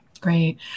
Great